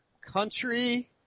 country